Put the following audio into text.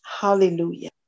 Hallelujah